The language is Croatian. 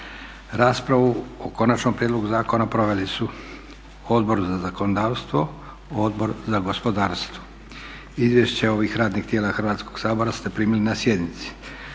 Raspravu o konačnom prijedlogu zakona proveli su Odbor za zakonodavstvo, Odbor za gospodarstvo. Izvješće ovih radnih tijela Hrvatskog sabora ste primili na sjednici.